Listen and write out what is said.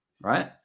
right